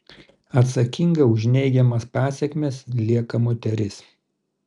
atsakinga už neigiamas pasekmes lieka moteris